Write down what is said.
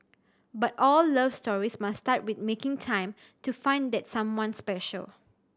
but all love stories must start with making time to find that someone special